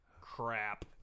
crap